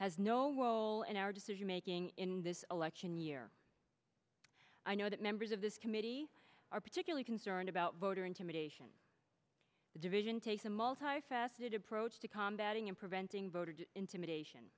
has no role in our decision making in this election year i know that members of this committee are particularly concerned about voter intimidation the division takes a multifaceted approach to combating and preventing voter intimidation